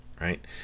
right